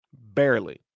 Barely